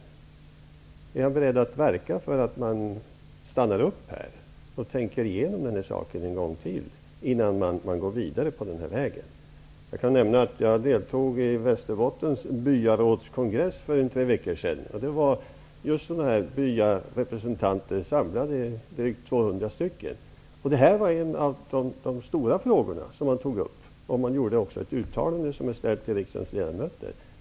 Är Ulf Björklund beredd att verka för att man stannar upp här och tänker igenom detta en gång till innan man går vidare på den här vägen? Jag kan nämna att jag deltog i Västerbottens byarådskongress för tre veckor sedan. Där var drygt 200 byarepresentanter samlade. Det här var en av de stora frågor som togs upp. Man antog också ett uttalande som ställdes till riksdagens ledamöter.